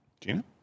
Gina